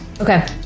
Okay